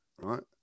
Right